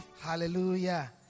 Hallelujah